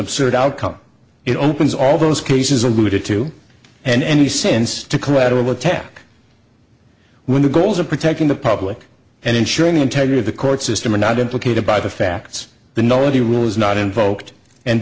absurd outcome it opens all those cases alluded to and any sense to collateral attack when the goals of protecting the public and ensuring the integrity of the court system are not implicated by the facts the no the rule is not invoked and